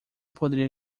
poderia